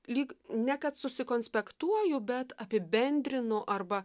lyg ne kad susikonspektuoju bet apibendrinu arba